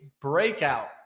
breakout